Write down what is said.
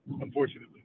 unfortunately